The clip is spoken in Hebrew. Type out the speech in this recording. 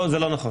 לא, זה לא נכון.